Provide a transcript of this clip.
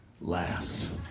last